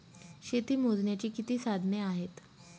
शेती मोजण्याची किती साधने आहेत?